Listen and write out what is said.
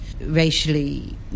racially